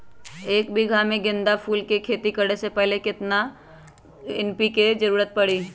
एक बीघा में गेंदा फूल के खेती करे से पहले केतना खेत में केतना एन.पी.के के जरूरत परी?